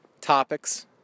topics